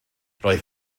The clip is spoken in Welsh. roedd